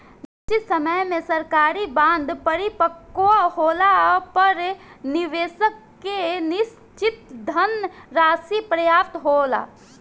निशचित समय में सरकारी बॉन्ड परिपक्व होला पर निबेसक के निसचित धनराशि प्राप्त होला